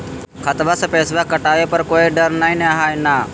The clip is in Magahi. खतबा से पैसबा कटाबे पर कोइ डर नय हय ना?